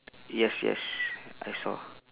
yes yes I saw